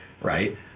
Right